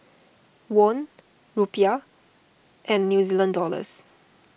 Won Rupiah and New Zealand Dollars